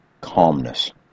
calmness